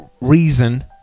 reason